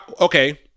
Okay